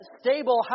stable